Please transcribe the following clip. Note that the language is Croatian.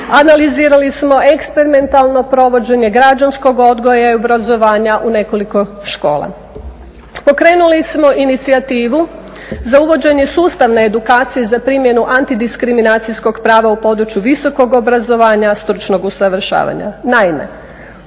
analizirali smo eksperimentalno provođenje građanskog odgoja i obrazovanja u nekoliko škola. Pokrenuli smo inicijativu za uvođenje sustavne edukacije za primjenu antidiskriminacijskog prava u području visokog obrazovanja, stručnog usavršavanja.